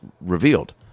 revealed